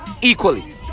equally